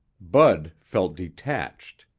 bud felt detached.